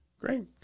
Great